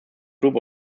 group